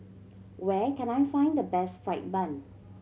where can I find the best fried bun